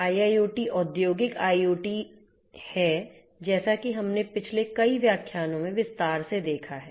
इसलिए IIoT औद्योगिक IoT है जैसा कि हमने पिछले कई व्याख्यानों में विस्तार से देखा है